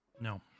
no